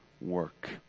work